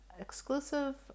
exclusive